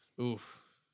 oof